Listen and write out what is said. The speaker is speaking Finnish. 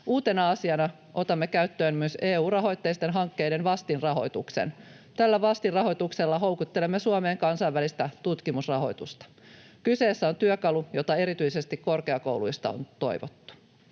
Uutena asiana otamme käyttöön myös EU-rahoitteisten hankkeiden vastinrahoituksen. Tällä vastinrahoituksella houkuttelemme Suomeen kansainvälistä tutkimusrahoitusta. Kyseessä on työkalu, jota erityisesti korkeakouluista on toivottu.